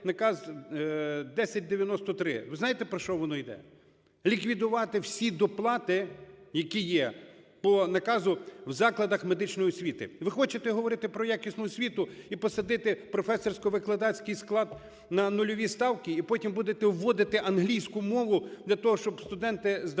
Ви знаєте про що воно іде? Ліквідувати всі доплати, які є, по наказу в закладах медичної освіти. Ви хочете говорити про якісну освіту - і посадити професорсько-викладацький склад на нульові ставки, і потім будете вводити англійську мову для того, щоб студенти здавали